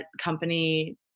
company